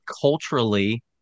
culturally